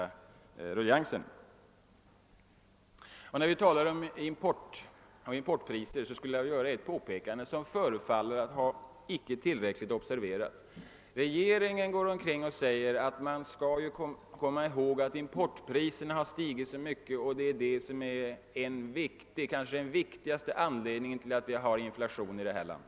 Beträffande importpriserna vill jag också göra ett påpekande om ett förhållande som förefaller att tidigare inte ha tillräckligt observerats. Regeringen säger att importpriserna har stigit så mycket och att detta skulle vara den viktigaste anledningen till att vi har inflation i vårt land.